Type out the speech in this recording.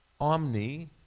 omni